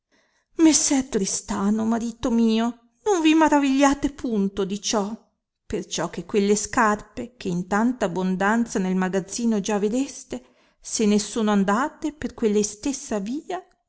messer tristano marito mio non vi maravigliate punto di ciò perciò che quelle scarpe che in tanta abondanza nel magazzino già vedeste se ne sono andate per quella istessa via